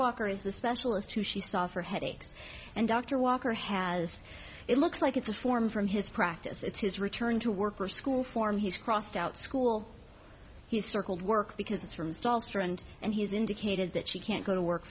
walker is the specialist who she saw for headaches and dr walker has it looks like it's a form from his practice it's his return to work or school form he's crossed out school he's circled work because it's from stall strand and he's indicated that she can't go to work